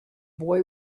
boy